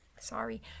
sorry